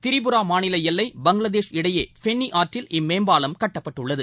திரிபுரா மாநில எல்லை பங்களாதேஷ் இடையே ஃபெனி ஆற்றில் இம்மேம்பாலம் கட்டப்பட்டுள்ளது